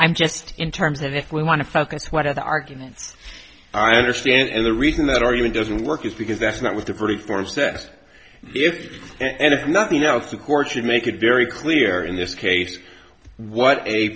i'm just in terms of if we want to focus what are the arguments i understand and the reason that argument doesn't work is because that's not what the brute force says if and if nothing else the court should make it very clear in this case what a